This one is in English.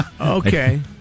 Okay